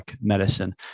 medicine